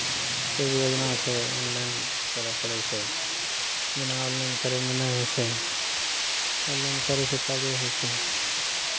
कोइ योजना छै ऑनलाइन करय पड़ैत छै बिना ऑनलाइन करयमे नहि होइ छै ऑनलाइन करै छै तबे होइ छै